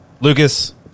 Lucas